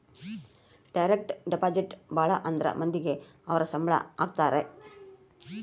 direct deposit ಭಾಳ ಅಂದ್ರ ಮಂದಿಗೆ ಅವ್ರ ಸಂಬ್ಳ ಹಾಕತರೆ